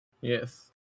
yes